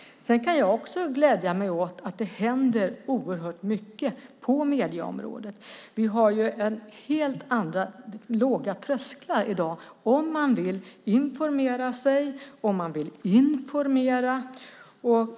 Jag kan också glädja mig åt att det händer oerhört mycket på medieområdet. Det är helt andra låga trösklar i dag för att informera sig och informera.